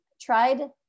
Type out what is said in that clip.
tried